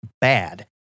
bad